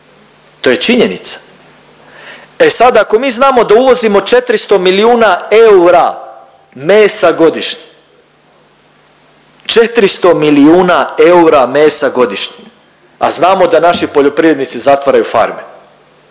To je činjenica. E sad ako mi znamo da uvozimo 400 milijuna eura mesa godišnje, 400 milijuna eura mesa godišnje a znamo da naši poljoprivrednici zatvaraju farme